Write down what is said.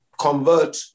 convert